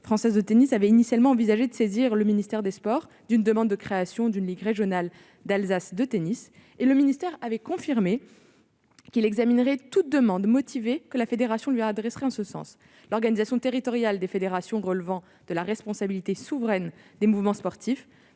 française de tennis avait initialement envisagé de saisir le ministère chargé des sports d'une demande de création d'une ligue régionale d'Alsace de tennis, et le ministère avait confirmé qu'il examinerait toute demande motivée que la fédération lui adresserait en ce sens, l'organisation territoriale des fédérations relevant de la responsabilité souveraine du mouvement sportif,